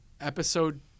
Episode